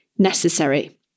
necessary